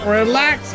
relax